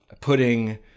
Putting